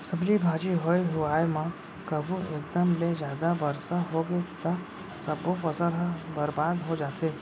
सब्जी भाजी होए हुवाए म कभू एकदम ले जादा बरसा होगे त सब्बो फसल ह बरबाद हो जाथे